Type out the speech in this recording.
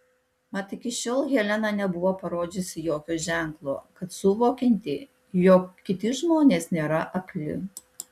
mat iki šiol helena nebuvo parodžiusi jokio ženklo kad suvokianti jog kiti žmonės nėra akli